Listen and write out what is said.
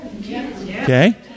Okay